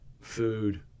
food